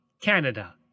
Canada